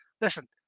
listen